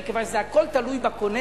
מכיוון שזה הכול תלוי בקונה,